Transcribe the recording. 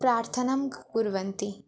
प्रार्थना क् कुर्वन्ति